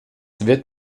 wird